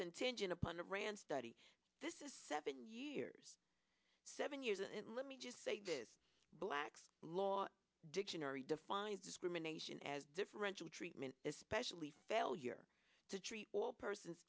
contingent upon a rand study this is seven years seven years and let me just say this black's law dictionary defines discrimination as differential treatment especially failure to treat all persons